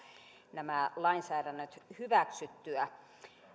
nämä lainsäädännöt hyväksyttyä